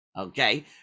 Okay